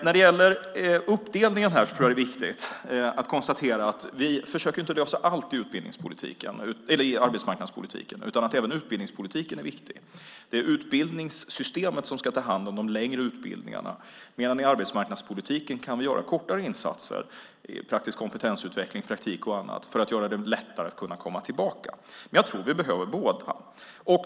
När det gäller uppdelningen är det viktigt att konstatera att vi inte försöker att lösa allt i arbetsmarknadspolitiken, utan även utbildningspolitiken är viktig. Det är utbildningssystemet som ska ta hand om de längre utbildningarna medan vi kan göra kortare insatser i arbetsmarknadspolitiken. Det handlar om praktiskt kompetensutveckling, praktik och annat för att göra det lättare att kunna komma tillbaka. Jag tror att vi behöver båda.